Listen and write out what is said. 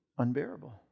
unbearable